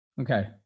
Okay